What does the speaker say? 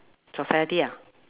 society ah